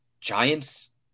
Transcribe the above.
Giants